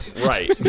Right